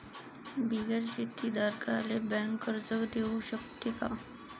बिगर शेती धारकाले बँक कर्ज देऊ शकते का?